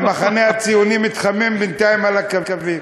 המחנה הציוני מתחמם בינתיים על הקווים.